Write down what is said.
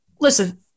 listen